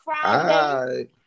Friday